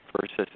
versus